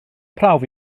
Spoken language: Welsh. prawf